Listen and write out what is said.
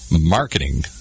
Marketing